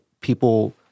people